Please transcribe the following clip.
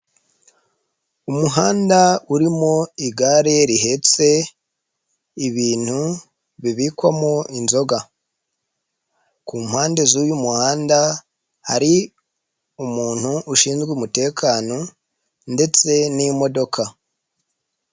Umuhanda urimo igare rihetse ibintu bibikwamo inzoga. Ku mpande z'uyu muhanda hari umuntu ushinzwe umutekano ndetse n'imodoka.